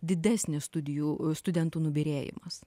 didesnis studijų studentų nubyrėjimas